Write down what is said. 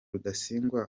rudasingwa